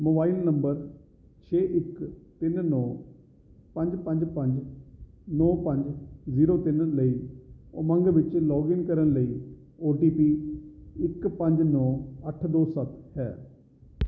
mobile number ਛੇ ਇੱਕ ਤਿੰਨ ਨੌਂ ਪੰਜ ਪੰਜ ਪੰਜ ਨੌਂ ਪੰਜ ਜੀਰੋ ਤਿੰਨ ਲਈ ਉਮੰਗ ਵਿੱਚ ਲੌਗਇਨ ਕਰਨ ਲਈ ਓ ਟੀ ਪੀ ਇੱਕ ਪੰਜ ਨੌਂ ਅੱਠ ਦੋ ਸੱਤ ਹੈ